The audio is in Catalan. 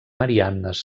mariannes